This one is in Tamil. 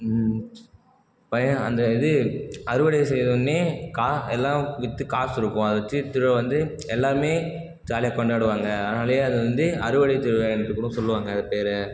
பயிர் அந்த இது அறுவடை செஞ்சொன்னே கா எல்லாம் விற்று காசு இருக்கும் அதை வச்சு திருவிழா வந்து எல்லாருமே ஜாலியாக கொண்டாடுவாங்க அதனாலேயே அது வந்து அறுவடை திருவிழான்னு என்று கூட சொல்லுவாங்க அது பேரை